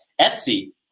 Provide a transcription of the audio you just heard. Etsy